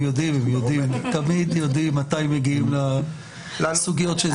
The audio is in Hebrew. הם יודעים תמיד מתי מגיעים לסוגיות.